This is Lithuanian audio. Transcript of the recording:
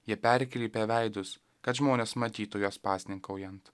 jie perkreipia veidus kad žmonės matytų juos pasninkaujant